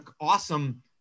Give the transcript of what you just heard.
awesome